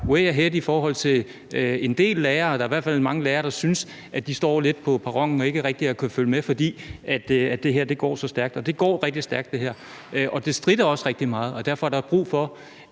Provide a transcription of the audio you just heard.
way ahead i forhold til en del lærere. Der er i hvert fald mange lærere, der synes, at de står lidt på perronen og ikke rigtig har kunnet følge med, fordi det her går så stærkt. Og det går rigtig stærkt, og det stritter også rigtig meget, og derfor er der også brug for,